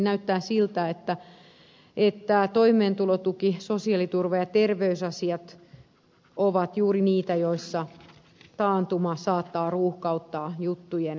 näyttää siltä että toimeentulotuki sosiaaliturva ja terveysasiat ovat juuri niitä joissa taantuma saattaa ruuhkauttaa juttujen käsittelyä